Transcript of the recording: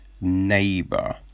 neighbor